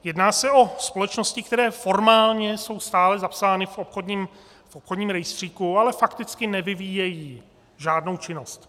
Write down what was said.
Jedná se o společnosti, které formálně jsou stále zapsány v obchodním rejstříku, ale fakticky nevyvíjejí žádnou činnost.